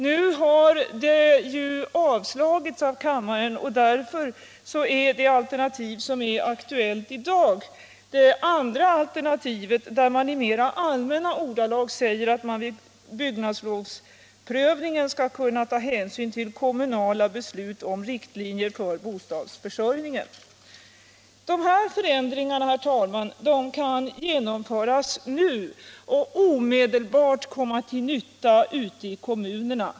Nu har ju det förslaget avslagits av kammaren, och aktuellt i dag är därför det andra alternativet, där man i mer allmänna ordalag säger att man vid byggnadslovsprövningen skall ta hänsyn till kommunala beslut om riktlinjer för bostadsförsörjningen. De här förändringarna, herr talman, kan genomföras nu och omedelbart komma till nytta ute i kommunerna.